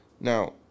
Now